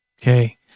Okay